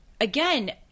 again